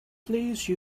please